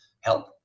help